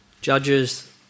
Judges